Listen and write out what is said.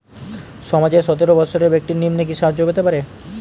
সমাজের সতেরো বৎসরের ব্যাক্তির নিম্নে কি সাহায্য পেতে পারে?